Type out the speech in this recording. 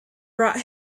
brought